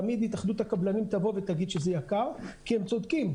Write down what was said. ותמיד התאחדות הקבלנים תבוא וגיד שזה יקר כי הם צודקים,